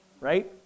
right